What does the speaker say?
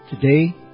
Today